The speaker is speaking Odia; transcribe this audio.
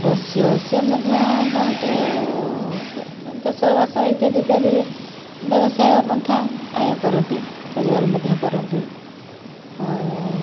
ବୈଶ୍ୟ ସେ ମଧ୍ୟ ବହୁତ ଚାଷବାସ ଇତ୍ୟାଦି ଇତ୍ୟାଦି ବ୍ୟବସାୟ ପନ୍ଥା ଆୟ କରନ୍ତି ରୋଜଗାର ମଧ୍ୟ କରନ୍ତି ଆଉ